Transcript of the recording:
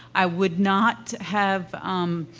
i would not have, um,